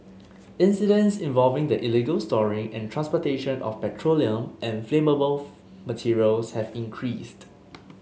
incidents involving the illegal storing and transportation of petroleum and flammable materials have increased